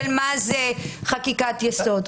בשאלה מה זה חקיקת יסוד.